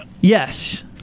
yes